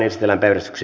asia